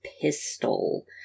pistol